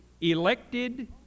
elected